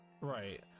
Right